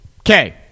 Okay